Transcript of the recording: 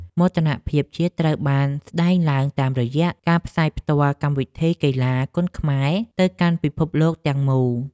មោទនភាពជាតិត្រូវបានស្តែងឡើងតាមរយៈការផ្សាយផ្ទាល់កម្មវិធីកីឡាគុណខ្មែរទៅកាន់ពិភពលោកទាំងមូល។